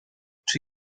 czy